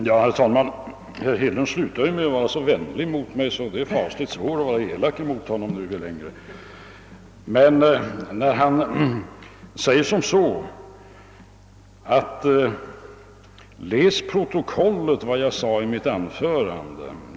Herr talman! Herr Hedlund slutade med att vara så vänlig mot mig att jag nu har fasligt svårt för att vara elak mot honom. Men han sade: Läs protokollet och se vad jag sade i mitt anförande.